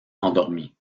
endormi